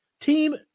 Team